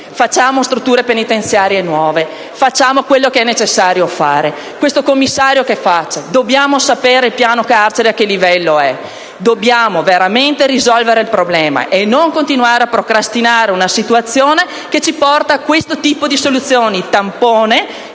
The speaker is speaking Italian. Facciamo strutture penitenziarie nuove, facciamo quello che è necessario fare. Questo commissario, cosa fa? Dobbiamo sapere a che livello è il piano carceri. Dobbiamo veramente risolvere il problema, e non continuare a procrastinare una situazione che ci porta a questo tipo di soluzioni tampone,